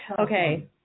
Okay